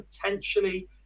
potentially